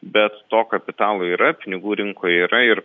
bet to kapitalo yra pinigų rinkoje yra ir